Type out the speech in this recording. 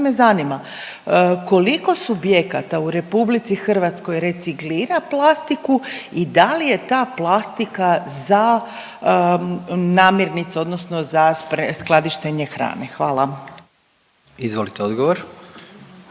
me zanima, koliko subjekata u RH reciklira plastiku i da li je ta plastika za namirnice odnosno za skladištenje hrane? Hvala. **Jandroković,